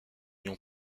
ion